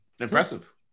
impressive